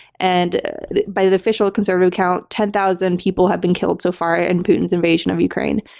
and by the official conservative count, ten thousand people have been killed so far in putin's invasion of ukraine.